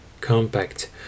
compact